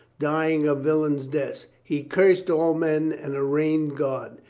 dying a villain's death. he cursed all men and arraigned god.